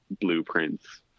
blueprints